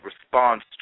response